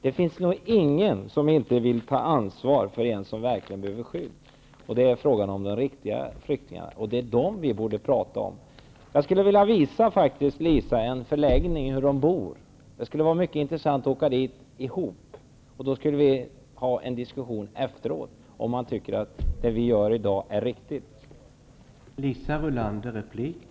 Det finns nog ingen som inte vill ta ansvar för en som verkligen behöver skydd. Det är fråga om de riktiga flyktingarna. Det är dem vi borde prata om. Jag skulle faktiskt vilja visa Liisa Rulander en förläggning, visa hur flyktingarna bor. Det skulle vara mycket intressant att tillsammans åka till en förläggning. Efteråt skulle vi kunna ha en diskussion om huruvida det vi gör i dag anses vara riktigt.